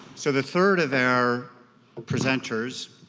so the third of our ah presenters